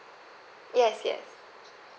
yes yes